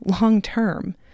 long-term